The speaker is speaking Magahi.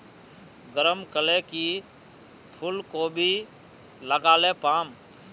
गरम कले की फूलकोबी लगाले पाम?